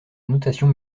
notation